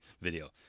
video